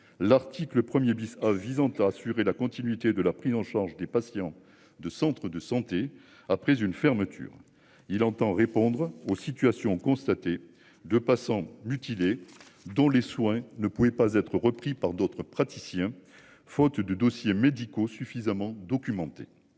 L'article 1er bis visant à assurer la continuité de la prise en charge des patients de centres de santé après une fermeture, il entend répondre aux situations constatées de passants mutilés dont les soins ne pouvait pas être repris par d'autres praticiens faute de dossiers médicaux suffisamment documenté.